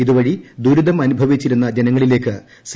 ഇതുവഴി ദുരിതം അനുഭവിച്ചിരുന്ന ജനങ്ങളിലേക്ക് സി